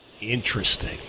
interesting